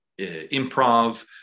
improv